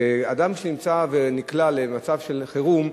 אדם שנמצא ונקלע למצב של חירום,